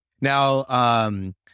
Now